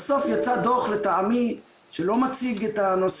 בסוף יצא דוח שלטעמי לא מציג את הנושא